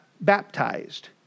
baptized